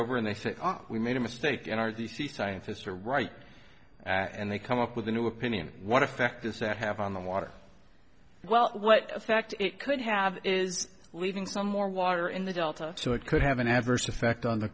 over and they say oh we made a mistake in our the scientists are right and they come up with a new opinion what effect does that have on the water well what effect it could have is leaving some more water in the delta so it could have an adverse effect on the